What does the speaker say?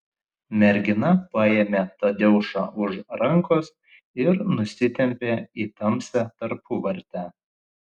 mergina paėmė tadeušą už rankos ir nusitempė į tamsią tarpuvartę